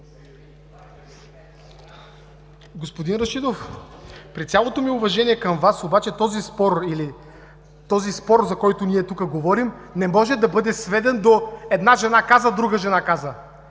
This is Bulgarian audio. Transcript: Господин Рашидов, при цялото ми уважение към Вас, този спор, за който ние тук говорим, не може да бъде сведен до „една жена каза”, „друга жена каза”.